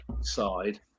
side